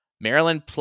Maryland